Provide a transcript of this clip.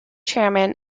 chairman